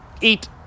eat